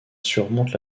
surmonte